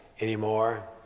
anymore